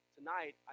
Tonight